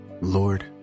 lord